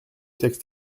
texte